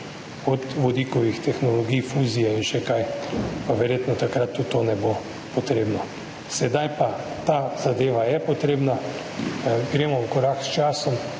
od vodikovih tehnologij, fuzije in še kaj, pa verjetno takrat tudi to ne bo potrebno. Ta zadeva pa je zdaj potrebna, gremo v korak s časom.